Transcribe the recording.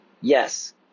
Yes